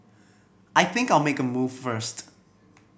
I think I'll make a move first